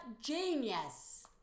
genius